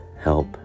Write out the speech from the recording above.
help